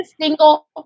single